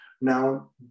Now